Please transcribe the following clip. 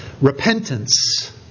repentance